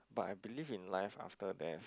but I believe in life after death